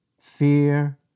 fear